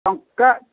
ଟଙ୍କା